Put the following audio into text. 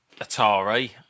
Atari